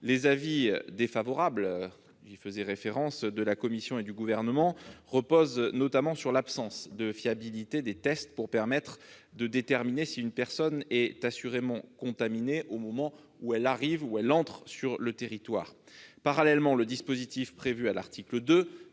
Les avis défavorables- j'y faisais référence -de la commission et du Gouvernement reposent notamment sur l'absence de fiabilité des tests pour déterminer si une personne est assurément contaminée au moment où elle entre sur le territoire. Parallèlement, le dispositif prévu à l'article 2